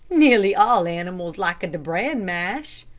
nearly all animals like de bran mash,